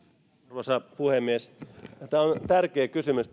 arvoisa puhemies tämä indeksikorin sisältö on tärkeä kysymys